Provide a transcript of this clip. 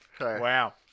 Wow